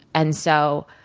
and so,